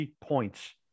points